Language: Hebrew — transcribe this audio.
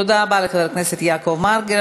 תודה רבה לחבר הכנסת יעקב מרגי.